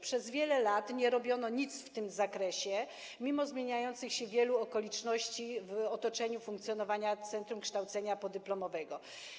Przez wiele lat nie robiono nic w tym zakresie mimo zmieniających się wielu okoliczności w otoczeniu funkcjonowania centrum kształcenia podyplomowego.